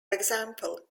example